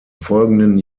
folgenden